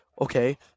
okay